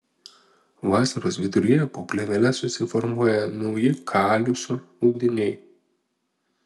vasaros viduryje po plėvele susiformuoja nauji kaliuso audiniai